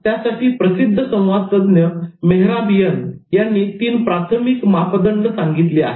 त्यासाठी प्रसिद्ध संवाद तज्ञ मेहराबियन यांनी 3 प्राथमिक परिमाणमापदंड सांगितली आहेत